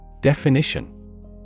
Definition